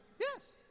Yes